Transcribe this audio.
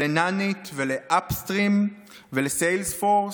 ל-Nanit, ל-Appstream, ל-Salesforce,